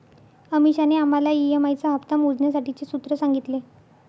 अमीषाने आम्हाला ई.एम.आई चा हप्ता मोजण्यासाठीचे सूत्र सांगितले